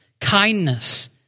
kindness